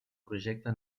projecte